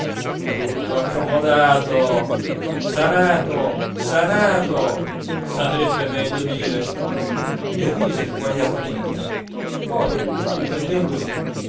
tutto accomodato sanato sanato sarebbe meglio dire e rise sguajatamente poi riprendendosi